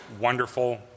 wonderful